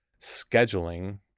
scheduling